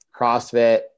CrossFit